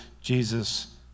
Jesus